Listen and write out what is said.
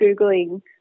Googling